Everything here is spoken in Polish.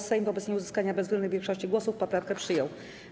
Sejm wobec nieuzyskania bezwzględnej większości głosów poprawkę przyjął.